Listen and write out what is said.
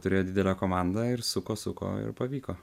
turėjo didelę komandą ir suko suko ir pavyko